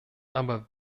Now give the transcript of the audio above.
aber